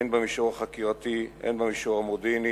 הן במישור החקירתי, הן במישור המודיעיני,